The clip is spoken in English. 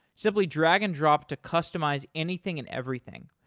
simply drag and drop to customize anything and everything.